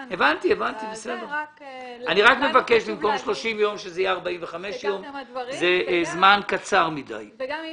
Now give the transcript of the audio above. היה חשוב לי לומר את הדברים וגם אם